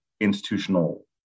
institutional